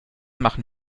machen